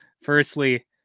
firstly